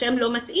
השם לא מתאים